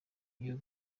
iyo